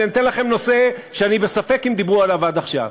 אני אתן לכם נושא שאני בספק אם דיברו עליו עד עכשיו,